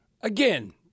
Again